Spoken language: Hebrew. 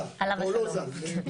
קשה לי